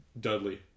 Dudley